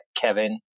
Kevin